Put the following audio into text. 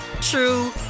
true